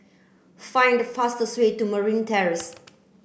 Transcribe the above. find the fastest way to Merryn Terrace